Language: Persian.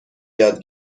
یاد